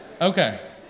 Okay